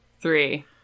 three